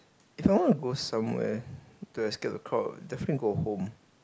if I want to go somewhere to escape the crowd definitely go home